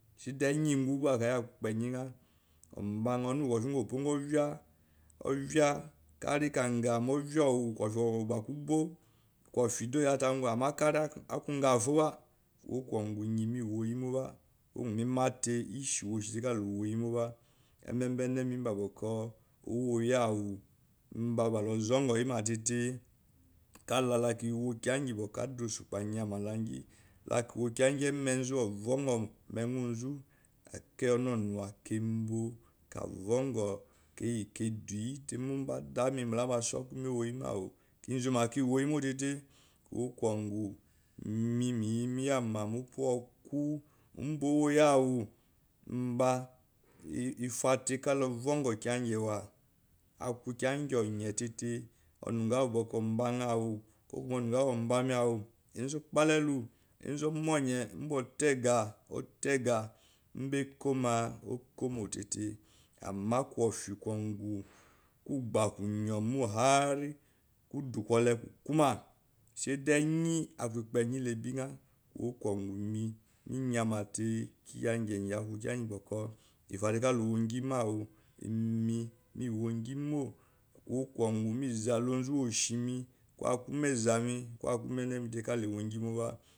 Saida kofie konyu enyimg ombanya onuwu kofie ngopo ngo ovia kari kanga movia owi kofie gba kogba kofie de oyate akungu ama kari de akungo foba kuwb kungo iye me woyimoba amemba eneneme umba owoyi awu mba ba iozon gouyima tete kala kiwo kiyu ngi ada osukpo nmyy ama langi kalakunkiya ngi emenzu ovongo mewu nzu akei onunornuwa ka nbo kavongo tei mba aka me mbala amba sokume owoyimawu kizunna kiwo yimotete kowokingo ime me yime yama mopuako tei mba ifa tei kala ovang or kiya ngeiwa ngo yen tete unuwu buko ombane awu enzo okpalelu enzu omoyen mba tega mbek oma okomotete ama ko fie knogo kogba konyo mo har kudukole koko ma saide enyen aku ekpeyenle beya ukpo aya amatei lo wongi mo kow okungou me zalaonzu wo shime ko umeneme tei lewongi moba